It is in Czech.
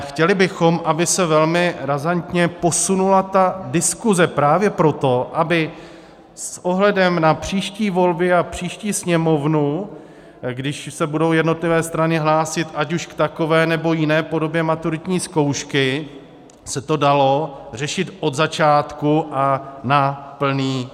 Chtěli bychom ale, aby se velmi razantně posunula ta diskuze právě proto, aby s ohledem na příští volby a příští Sněmovnu, kdy se budou jednotlivé strany hlásit ať k takové, nebo jiné podobě maturitní zkoušky, se to dalo řešit od začátku a na plný plyn.